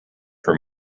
were